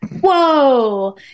whoa